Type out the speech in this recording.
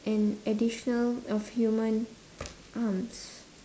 an additional of human arms